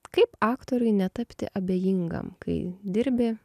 kaip aktoriui netapti abejingam kai dirbi